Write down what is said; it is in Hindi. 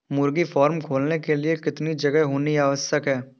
मुर्गी फार्म खोलने के लिए कितनी जगह होनी आवश्यक है?